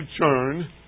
churn